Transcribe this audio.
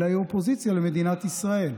אלא היא אופוזיציה למדינת ישראל: